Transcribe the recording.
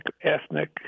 ethnic